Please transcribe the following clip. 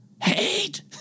hate